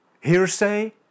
hearsay